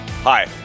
Hi